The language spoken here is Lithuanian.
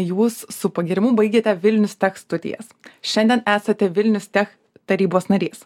jūs su pagyrimu baigėte vilnius tech studijas šiandien esate vilnius tech tarybos narys